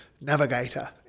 navigator